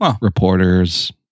reporters